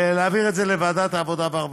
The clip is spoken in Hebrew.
להעביר את זה לוועדת העבודה והרווחה.